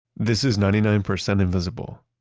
this is ninety nine percent invisible.